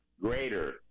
greater